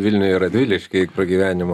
vilniuj ir radvilišky pragyvenimo